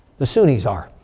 the sunnis are.